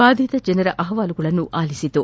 ಬಾಧಿತ ಜನರ ಅಹವಾಲುಗಳನ್ನು ತಂಡ ಆಲಿಸಿತು